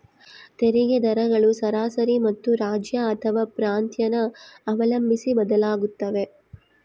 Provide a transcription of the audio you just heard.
ತೆರಿಗೆ ದರಗಳು ಸರಾಸರಿ ಮತ್ತು ರಾಜ್ಯ ಅಥವಾ ಪ್ರಾಂತ್ಯನ ಅವಲಂಬಿಸಿ ಬದಲಾಗುತ್ತವೆ